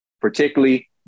particularly